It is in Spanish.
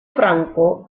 franco